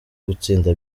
gutsinda